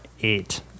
Eight